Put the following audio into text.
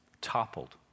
toppled